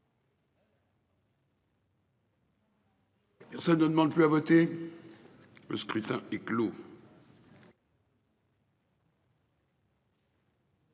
Ça ne demande plus à voter. Le scrutin est clos.